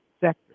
sector